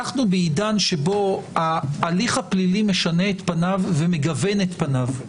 אנחנו בעידן שבו ההליך הפלילי משנה את פניו ומגוון את פניו.